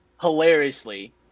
hilariously